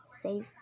Safe